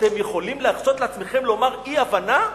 אתם יכולים להרשות לעצמכם לומר אי-הבנה?